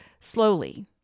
slowly